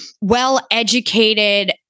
well-educated